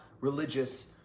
religious